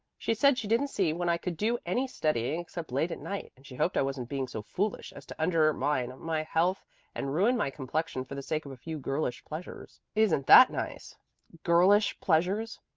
she said she didn't see when i could do any studying except late at night, and she hoped i wasn't being so foolish as to undermine my health and ruin my complexion for the sake of a few girlish pleasures. isn't that nice girlish pleasures?